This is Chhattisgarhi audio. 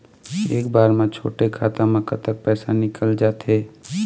एक बार म छोटे खाता म कतक पैसा निकल जाथे?